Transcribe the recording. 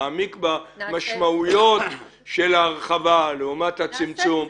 להעמיק במשמעויות של ההרחבה לעומת הצמצום.